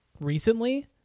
recently